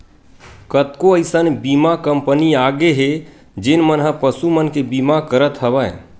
कतको अइसन बीमा कंपनी आगे हे जेन मन ह पसु मन के बीमा करत हवय